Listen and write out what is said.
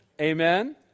Amen